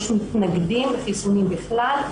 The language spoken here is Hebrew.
יש מתנגדים לחיסונים בכלל,